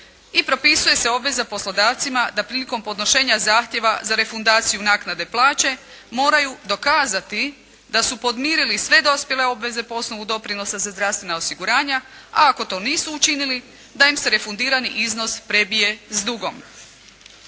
I propisuje se obveza poslodavcima da prilikom podnošenja zahtjeva za refundaciju naknade plaće moraju dokazati da su podmirili sve dospjele obveze po osnovu doprinosa za zdravstvena osiguranja, a ako to nisu učinili da im se refundirani iznos prebije s dugom.